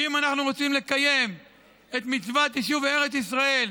ואם אנחנו רוצים לקיים את מצוות יישוב ארץ ישראל,